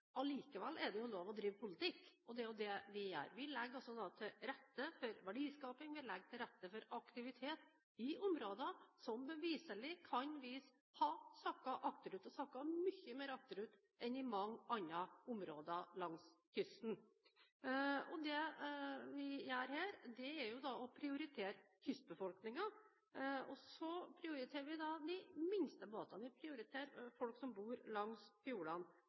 jo det vi gjør. Vi legger altså til rette for verdiskaping, vi legger til rette for aktivitet i områder som beviselig kan ha sakket akterut, og sakket mye mer akterut enn mange andre områder langs kysten. Det vi gjør her, er å prioritere kystbefolkningen, og så prioriterer vi de minste båtene. Vi prioriterer folk som bor langs fjordene.